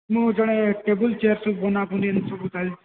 ମୁଁ ଜଣେ table chair ସବୁ ବନା ବୁନି ଏମିତି ସବୁ ଚାଲିଛି